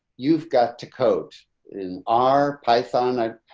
you've got to code in our python ide.